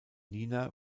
nina